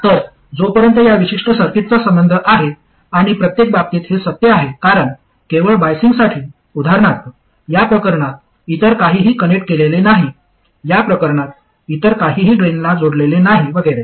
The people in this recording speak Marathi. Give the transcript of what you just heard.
तर जोपर्यंत या विशिष्ट सर्किटचा संबंध आहे आणि प्रत्येक बाबतीत हे सत्य आहे कारण केवळ बायसिंगसाठी उदाहरणार्थ या प्रकरणात इतर काहीही कनेक्ट केलेले नाही या प्रकरणात इतर काहीही ड्रेनला जोडलेले नाही वगैरे